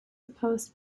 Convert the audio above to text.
opposed